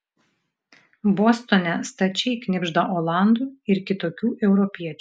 bostone stačiai knibžda olandų ir kitokių europiečių